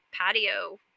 patio